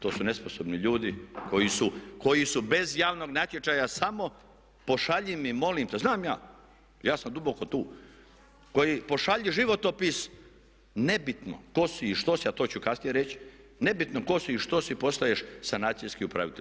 To su nesposobni ljudi koji su bez javnog natječaja samo pošalji mi molim te, znam ja, ja sam duboko tu, koji pošalji životopis nebitno tko si i što si, a to ću kasnije reći, nebitno tko si i što si postaješ sanacijski upravitelj.